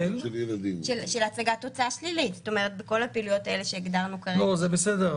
לא, זה בסדר.